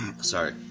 sorry